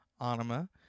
Anima